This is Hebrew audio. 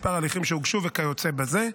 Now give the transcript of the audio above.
מספר ההליכים שהוגשו וכיוצא באלה.